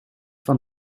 van